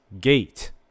gate